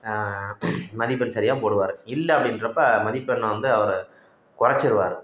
மதிப்பெண் சரியாக போடுவார் இல்லை அப்படின்றப்ப மதிப்பெண்ணை வந்து அவர் கொறைச்சிருவாரு